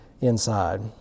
inside